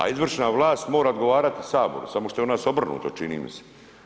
A izvršna vlast mora odgovarati Saboru samo što je u nas obrnuto čini mi se.